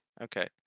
Okay